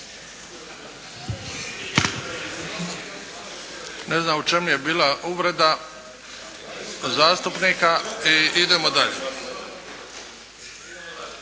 Ne znam u čemu je bila uvreda zastupnika i idemo dalje.